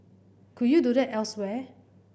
could you do that elsewhere